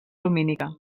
lumínica